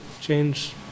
change